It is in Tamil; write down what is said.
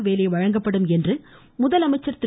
வேலை வழங்கப்படும் என்று முதலமைச்சர் திரு